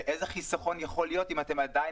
ואיזה חיסכון יכול להיות אם אתם עדיין